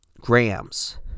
grams